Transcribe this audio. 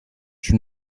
une